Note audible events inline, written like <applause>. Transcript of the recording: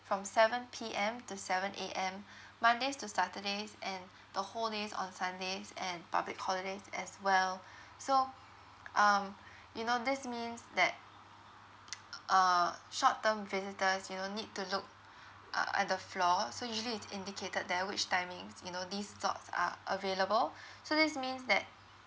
from seven P_M to seven A_M mondays to saturdays and the whole days on sundays and public holidays as well so um you know this means that <noise> uh short term visitors you do need to look uh at the floor so usually it's indicated there which timings you know these lots are available so this means that